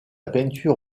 peinture